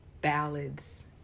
ballads